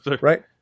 Right